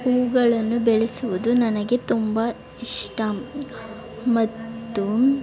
ಹೂವುಗಳನ್ನು ಬೆಳೆಸುವುದು ನನಗೆ ತುಂಬ ಇಷ್ಟ ಮತ್ತು